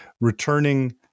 returning